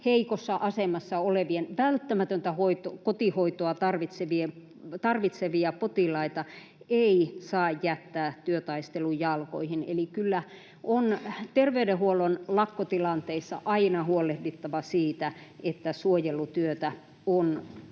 heikossa asemassa olevia, välttämätöntä kotihoitoa tarvitsevia potilaita ei saa jättää työtaistelun jalkoihin. Eli kyllä on terveydenhuollon lakkotilanteissa aina huolehdittava siitä, että suojelutyötä on